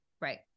Right